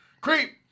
Creep